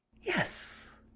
yes